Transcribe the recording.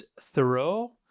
Thoreau